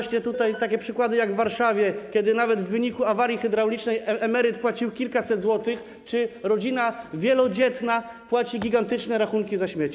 Chodzi o takie przykłady jak te w Warszawie, kiedy nawet w wyniku awarii hydraulicznej emeryt płacił kilkaset złotych, a rodzina wielodzietna płaci gigantyczne rachunki za śmieci.